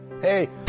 hey